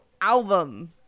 album